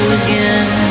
again